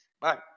Bye